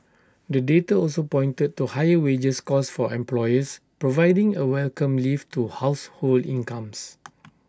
the data also pointed to higher wages costs for employers providing A welcome lift to household incomes